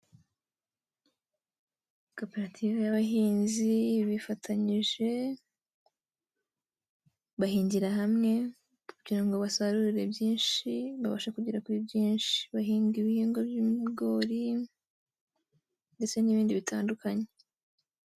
Koperative y'abahinzi bifatanyije, bahingira hamwe kugira ngo basarure byinshi, babashe kugera kuri byinshi, bahinga ibihingwa by'ibigori ndetse n'ibindi bitandukanye.